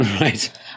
Right